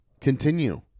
continue